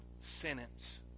sentence